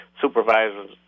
supervisors